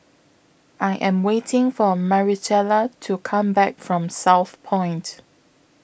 I Am waiting For Maricela to Come Back from Southpoint